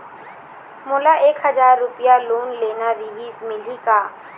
मोला एक हजार रुपया लोन लेना रीहिस, मिलही का?